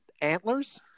antlers